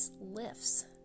lifts